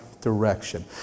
direction